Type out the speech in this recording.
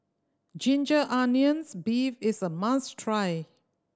ginger onions beef is a must try